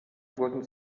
wurden